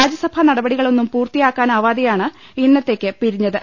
രാജ്യസഭ നടപടികളൊന്നും പൂർത്തിയാക്കാനാവാ തെയാണ് ഇന്നത്തേക്ക് പിരിഞ്ഞത്